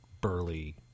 burly